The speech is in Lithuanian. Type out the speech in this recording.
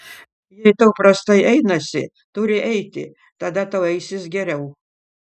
jei tau prastai einasi turi eiti tada tau eisis geriau